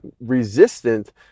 resistant